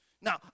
Now